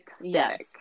yes